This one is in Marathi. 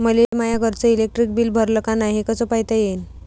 मले माया घरचं इलेक्ट्रिक बिल भरलं का नाय, हे कस पायता येईन?